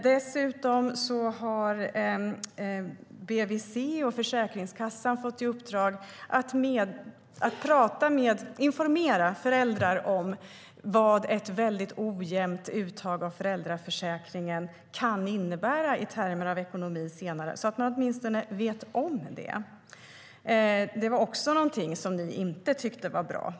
Dessutom har BVC och Försäkringskassan fått i uppdrag att informera föräldrar om vad ett mycket ojämnt uttag av föräldraförsäkringen senare kan innebära i termer av ekonomi, så att de åtminstone vet om det. Det var också något som ni inte tyckte var bra.